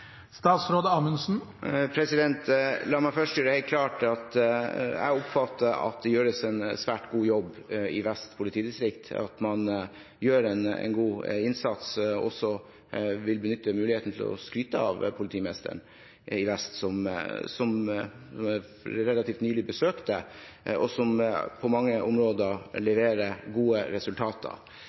La meg først gjøre det helt klart at jeg mener at det gjøres en svært god jobb i Vest politidistrikt, at man gjør en god innsats. Jeg vil også benytte muligheten til å skryte av politimesteren i Vest politidiskrikt, som jeg relativt nylig besøkte, og som på mange områder leverer gode resultater.